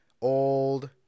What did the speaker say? old